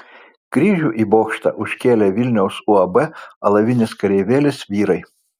kryžių į bokštą užkėlė vilniaus uab alavinis kareivėlis vyrai